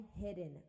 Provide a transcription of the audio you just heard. hidden